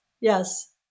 Yes